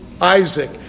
Isaac